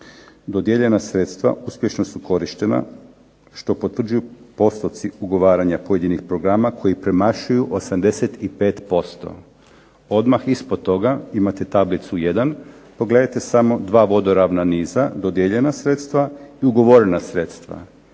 dodijeljena sredstva uspješno su korištena što potvrđuju postotci ugovaranja pojedinih programa koji premašuju 85%. Odmah ispod toga imate tablicu 1., pogledajte samo dva vodoravna niza, dodijeljena sredstva i ugovorena sredstava